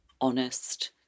honest